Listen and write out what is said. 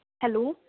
hello